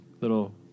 little